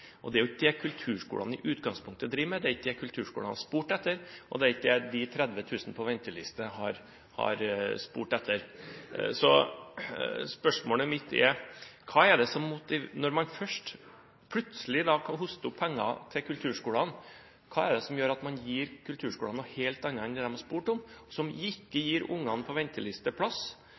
alle. Det er jo ikke det kulturskolene i utgangspunktet driver med, det er ikke det kulturskolene har spurt etter, og det er ikke det de 30 000 på venteliste har spurt etter. Spørsmålet mitt er: Når man først plutselig kan hoste opp penger til kulturskolene, hva er det som gjør at man gir kulturskolene noe helt annet enn det de har spurt om, som ikke gir barna på venteliste plass,